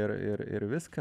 ir ir ir viską